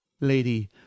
lady